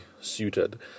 suited